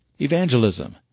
Evangelism